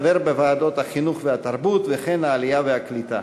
חבר בוועדת החינוך והתרבות ובוועדת העלייה והקליטה.